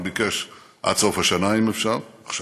הוא ביקש עד סוף השנה, אם אפשר, עכשיו.